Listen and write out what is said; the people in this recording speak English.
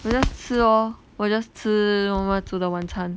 我 just 吃哦我 just 吃我妈妈煮的晚餐